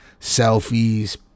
selfies